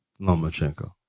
Lomachenko